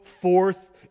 forth